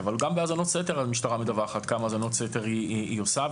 אבל גם בהאזנות סתר המשטרה מדווחת כמה האזנות סתר היא עושה,